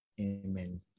Amen